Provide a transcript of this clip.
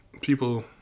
People